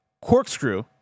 corkscrew